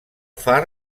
far